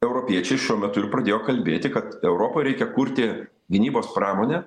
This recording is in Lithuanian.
europiečiai šiuo metu ir pradėjo kalbėti kad europoj reikia kurti gynybos pramonę